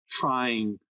trying